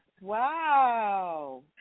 Wow